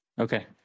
Okay